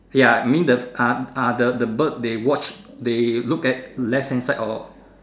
ya mean the ah ah the bird they watch they look at left hand side or